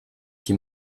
qui